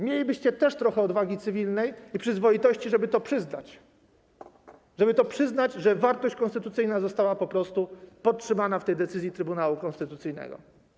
Mielibyście trochę odwagi cywilnej i przyzwoitości, żeby to przyznać, żeby przyznać, że wartość konstytucyjna została podtrzymana w tej decyzji Trybunału Konstytucyjnego.